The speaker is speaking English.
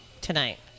tonight